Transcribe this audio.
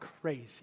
crazy